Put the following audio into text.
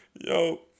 Yo